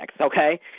Okay